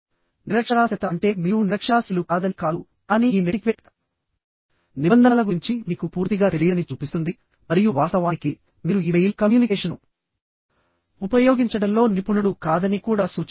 నిరక్షరాస్యత అంటే మీరు నిరక్షరాస్యులు కాదని కాదుకానీ ఈ నెటిక్వేట్ నిబంధనల గురించి మీకు పూర్తిగా తెలియదని చూపిస్తుంది మరియు వాస్తవానికి మీరు ఇమెయిల్ కమ్యూనికేషన్ను ఉపయోగించడంలో నిపుణుడు కాదని కూడా సూచిస్తుంది